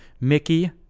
Mickey